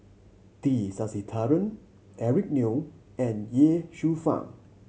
T Sasitharan Eric Neo and Ye Shufang